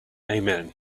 amen